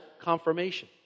confirmation